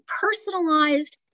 personalized